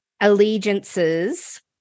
allegiances